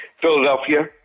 Philadelphia